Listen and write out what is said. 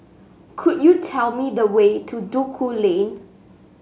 could you tell me the way to Duku Lane